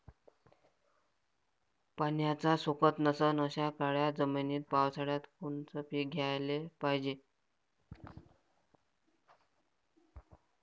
पाण्याचा सोकत नसन अशा काळ्या जमिनीत पावसाळ्यात कोनचं पीक घ्याले पायजे?